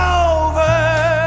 over